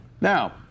Now